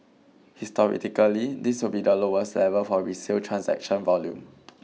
this will be lowest level for resale transaction volume